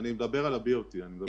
אני מדבר על ה-BOT.